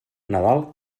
nadal